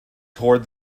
toward